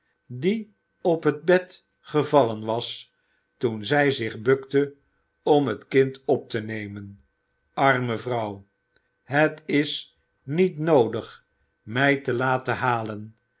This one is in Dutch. die op het bed gevallen was toen zij zich bukte om het kind op te nemen arme vrouw het is niet noodig mij te laten halen